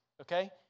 okay